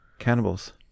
Cannibals